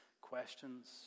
questions